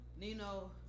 Nino